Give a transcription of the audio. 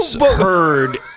heard